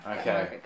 Okay